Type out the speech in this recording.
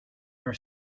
your